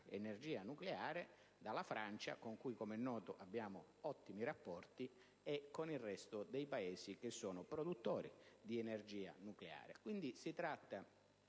l'energia nucleare, dalla Francia, con cui com'è noto abbiamo ottimi rapporti, e dal resto dei Paesi che sono produttori di energia nucleare. Quindi, si tratta